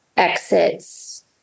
Exits